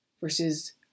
versus